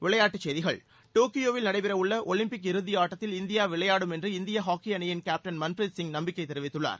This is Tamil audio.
விளையாட்டுச் செய்திகள் டோக்கியோவில் நடைபெறவுள்ள ஒலிம்பிக் இறுதியாட்டத்தில் இந்தியா விளையாடும் என்று இந்திய ஹாக்கி அணியின் கேப்டன் மன்ப்ரீத் சிங் நம்பிக்கை தெரிவித்துள்ளார்